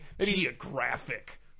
Geographic